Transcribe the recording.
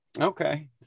Okay